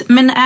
Men